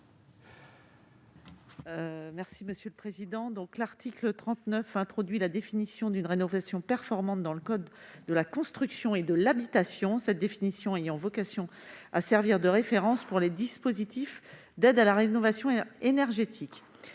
Mme Annick Billon. L'article 39 introduit la définition d'une rénovation performante dans le code de la construction et de l'habitation, cette définition ayant vocation à servir de référence pour les dispositifs d'aide à la rénovation énergétique.